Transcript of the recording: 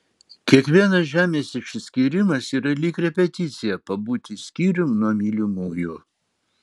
kiekvienas žemės išsiskyrimas yra lyg repeticija pabūti skyrium nuo mylimųjų